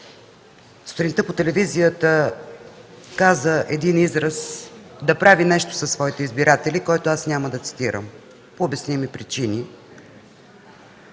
сутринта по телевизията каза един израз – да прави нещо със своите избиратели, което аз няма да цитирам по обясними причини.